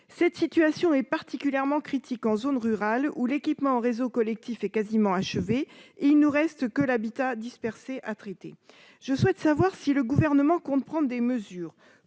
Cette situation est particulièrement critique en zone rurale où le raccordement aux réseaux collectifs est quasiment achevé et où il ne reste que l'habitat dispersé à traiter. Je souhaite savoir si le Gouvernement compte prendre des mesures